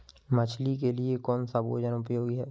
मछली के लिए कौन सा भोजन उपयोगी है?